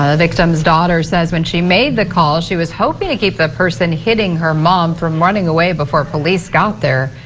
ah victim's daughter says when she made the call. she was hoping to keep the person hitting her mom from running away before police got there.